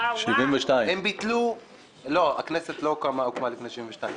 72. לא, הכנסת לא הוקמה לפני 72 שנה.